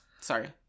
Sorry